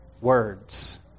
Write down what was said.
words